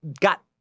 got